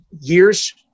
years